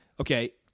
okay